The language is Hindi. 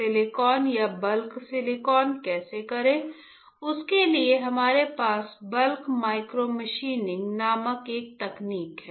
सिलिकॉन या बल्क सिलिकॉन कैसे करें उसके लिए हमारे पास बल्क माइक्रोमशीनिंग नामक एक तकनीक है